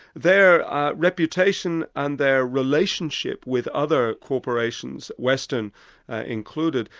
their reputation and their relationship with other corporations, western included,